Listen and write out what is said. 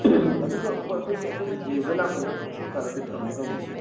ꯑꯗꯨꯗꯣ ꯃꯣꯏ ꯑꯩꯈꯣꯏꯒꯤ ꯑꯩꯈꯣꯏ ꯌꯦꯡꯕ ꯂꯥꯛꯄꯁꯦ ꯑꯗꯨꯝ ꯐꯪꯅꯤ ꯐꯪꯕꯁꯦ